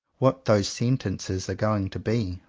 what those sentences are going to be.